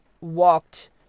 walked